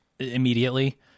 immediately